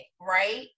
Right